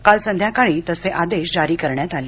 काल संध्याकाळी तसे आदेश जारी करण्यात आले